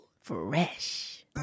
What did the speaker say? Fresh